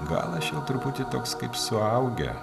gal aš jau truputį toks kaip suaugę